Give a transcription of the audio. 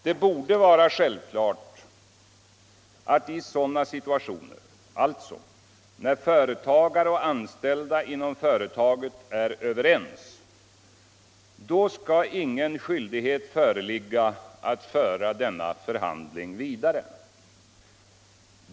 Det borde vara självklart att i sådana situationer — alltså när företagare och anställda inom företaget är överens — skall ingen skyldighet föreligga att föra denna förhandling vidare.